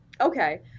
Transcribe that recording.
Okay